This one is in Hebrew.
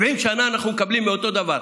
70 שנה אנחנו מקבלים מאותו דבר.